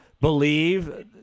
believe